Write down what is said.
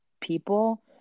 people